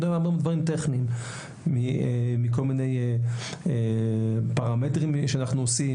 יש דברים טכניים מכל מיני פרמטרים שאנחנו עושים,